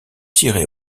tiré